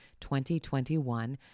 2021